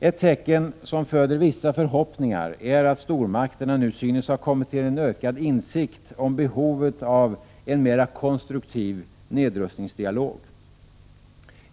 Ett tecken som föder vissa förhoppningar är att stormakterna nu synes ha kommit till en ökad insikt om behovet av en mer konstruktiv nedrustningsdialog.